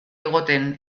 egoten